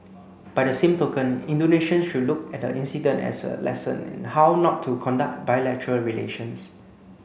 by the same token Indonesian should look at the incident as a lesson in how not to conduct bilateral relations